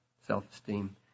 self-esteem